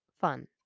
fun